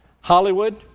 Hollywood